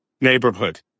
neighborhood